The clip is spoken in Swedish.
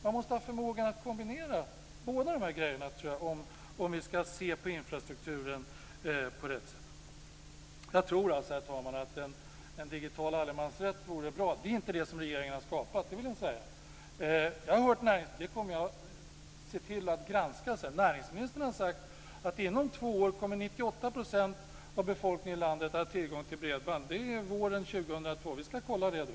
Vi måste ha förmågan att kombinera både de här grejerna om vi ska kunna se på infrastrukturen på rätt sätt. Herr talman! Jag tror alltså att en digital allemansrätt vore bra. Det är inte det som regeringen har skapat. Jag kommer att granska detta sedan. Näringsministern har sagt att inom två år kommer 98 % av befolkningen i landet att ha tillgång till bredband. Det är våren 2002. Vi ska kolla det.